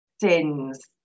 sins